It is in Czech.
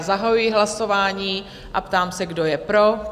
Zahajuji hlasování a ptám se, kdo je pro?